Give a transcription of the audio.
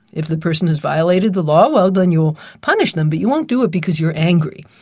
if the person is violated the law ah then you'll punish them, but you won't do it because you're angry.